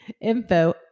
Info